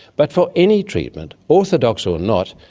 but for any treatment, orthodox or not,